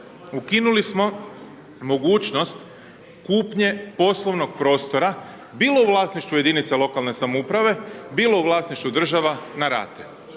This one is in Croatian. ukinuli smo mogućnost kupnje poslovnog prostora, bilo u vlasništvu jedinica lokalne samouprave, bilo u vlasništvu država, na rate.